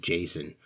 Jason